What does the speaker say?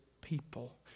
people